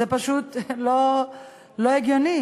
זה פשוט לא הגיוני,